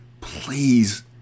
Please